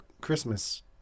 Christmas